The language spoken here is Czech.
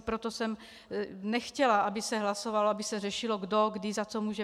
Proto jsem nechtěla, aby se hlasovalo, aby se řešilo, kdo kdy za co může.